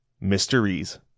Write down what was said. Mysteries